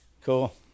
Cool